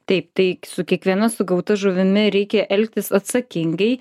taip taip su kiekviena sugauta žuvimi reikia elgtis atsakingai